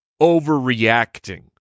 overreacting